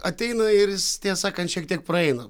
ateina ir tiesą sakant šiek tiek praeina